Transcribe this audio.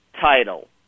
title